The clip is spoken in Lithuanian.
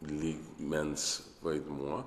lygmens vaidmuo